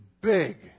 big